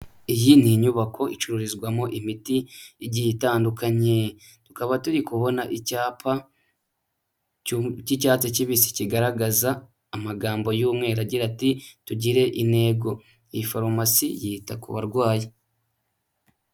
Iyi ni inyubako icururizwamo imiti igiye itandukanye, tukaba turi kubona icyapa cy'icyatsi kibisi kigaragaza amagambo y'umweru agira ati tugire intego, iyi foromasi yita ku barwayi.